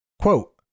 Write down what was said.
Quote